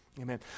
Amen